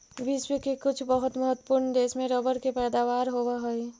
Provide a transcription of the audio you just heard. विश्व के कुछ बहुत महत्त्वपूर्ण देश में रबर के पैदावार होवऽ हइ